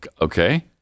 okay